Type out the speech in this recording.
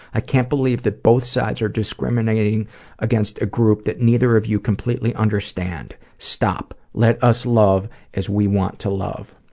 i can't believe that both sides are discriminating against a group that neither of you completely understand. stop. let us love as we want to love.